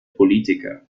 politiker